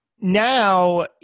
Now